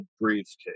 briefcase